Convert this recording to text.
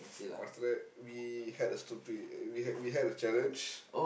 after that we had a stupid we had we had a challenge